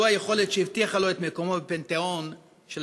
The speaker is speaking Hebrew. זו היכולת שהבטיחה לו את מקומו בפנתיאון של